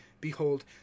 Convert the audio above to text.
behold